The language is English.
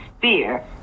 fear